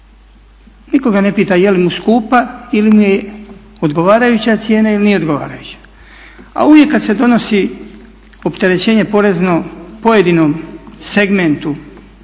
Nitko ga ne pita je li mu skupa ili mu je odgovarajuća cijena ili nije odgovarajuća. A uvijek kad se donosi opterećenje porezno pojedinom segmentu